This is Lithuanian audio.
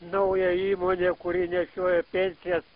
nauja įmonė kuri nešioja pensijas